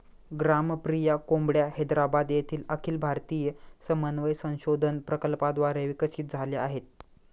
ग्रामप्रिया कोंबड्या हैदराबाद येथील अखिल भारतीय समन्वय संशोधन प्रकल्पाद्वारे विकसित झाल्या आहेत